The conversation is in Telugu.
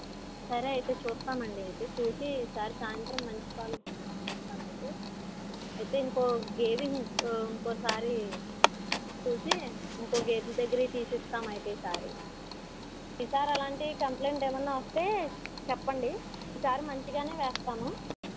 సరే అయితే చూస్తానండి అయితే చూసి ఈసారి సాయంత్రం మంచి పాలు పోస్తానయితే అయితే ఇంకో గేదెని ఇంకోసారి చూసి ఇంకో గేదెని దగ్గర తీసిస్తామయితే ఈసారి ఈసారి అలాంటి కంప్లైంట్ ఏమైనా వస్తే చెప్పండి ఈసారి మంచిగానే వేస్తాను